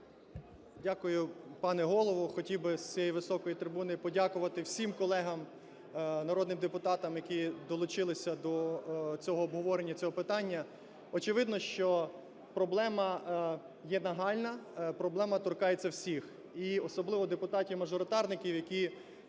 Дякую, пане Голово. Хотів би з цієї високої трибуни подякувати всім колегам народним депутатам, які долучилися до обговорення цього питання. Очевидно, що проблема є нагальна, проблема торкається всіх і особливо депутатів-мажоритарників, які